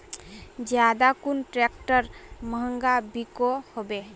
ज्यादा कुन ट्रैक्टर महंगा बिको होबे?